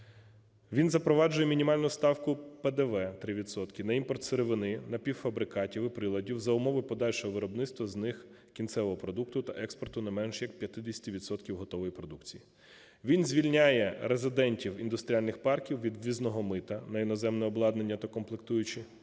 він запроваджує мінімальну ставку ПДВ 3 відсотки на імпорт сировини, напівфабрикатів і приладів за умови подальшого виробництва з них кінцевого продукту та експорту не менше як 50 відсотків готової продукції; він звільняє резидентів індустріальних парків від ввізного мита на іноземне обладнання та комплектуючі; він